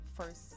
first